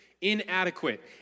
inadequate